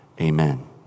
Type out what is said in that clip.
amen